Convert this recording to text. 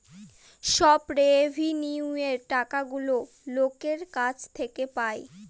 সব রেভিন্যুয়র টাকাগুলো লোকের কাছ থেকে পায়